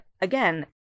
again